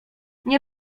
nie